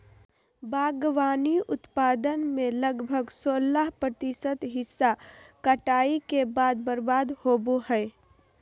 बागवानी उत्पादन में लगभग सोलाह प्रतिशत हिस्सा कटाई के बाद बर्बाद होबो हइ